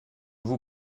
vous